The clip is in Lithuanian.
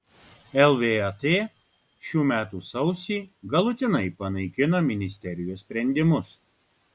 lvat šių metų sausį galutinai panaikino ministerijos sprendimus